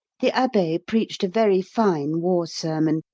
the abbe preached a very fine war sermon,